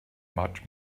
much